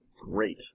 Great